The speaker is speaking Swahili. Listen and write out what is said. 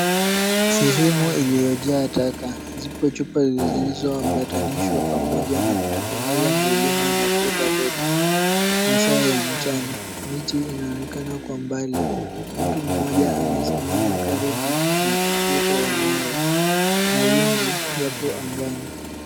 Sehemu iliyojaa taka, zipo chupa zilizoambatanishwa pamoja na kutengeneza milima na kuta dogo. Masaa ya mchana, miti inaonekana kwa mbali, mtu mmoja amesimama karibu na ukuta wa mawe. Mawingu yapo angani.